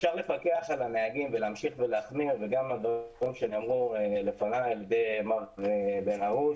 אפשר לפקח על הנהגים ולהמשיך ולהחמיר ונאמר לפניי על ידי מר בן הרוש